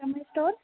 store